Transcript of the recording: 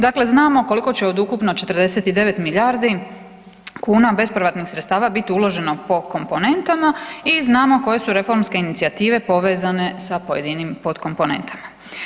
Dakle, znamo koliko će od ukupno 49 milijardi kuna bespovratnih sredstava biti uloženo po komponentama i znamo koje su reformske inicijative povezane s pojedinim pod komponentama.